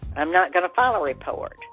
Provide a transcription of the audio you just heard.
i'm not going to file a report.